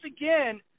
again